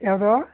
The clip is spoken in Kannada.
ಯಾವ್ದು